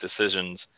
decisions